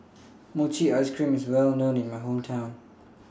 Mochi Ice Cream IS Well known in My Hometown